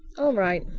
all right,